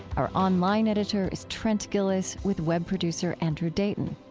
our online editor is trent gilliss, with web producer andrew dayton.